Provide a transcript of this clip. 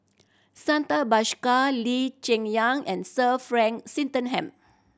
Santha Bhaskar Lee Cheng Yan and Sir Frank Swettenham